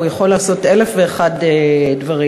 הוא יכול לעשות אלף ואחד דברים.